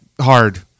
hard